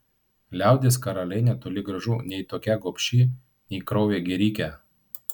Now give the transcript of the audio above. liaudies karalienė toli gražu nei tokia gobši nei kraujo gėrike